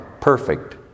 perfect